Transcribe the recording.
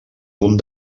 punt